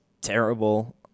terrible